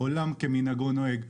עולם כמנהגו נוהג.